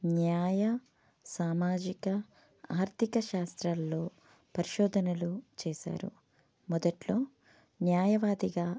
న్యాయ సామాజిక ఆర్థిక శాస్త్రాల్లో పరిశోధనలు చేసారు మొదట్లో న్యాయవాదిగా